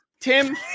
Tim